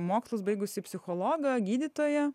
mokslus baigusį psichologą gydytoją